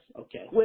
Okay